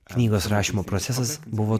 knygos rašymo procesas buvo